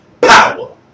Power